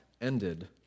ended